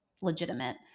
legitimate